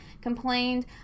complained